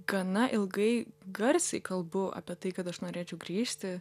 gana ilgai garsiai kalbu apie tai kad aš norėčiau grįžti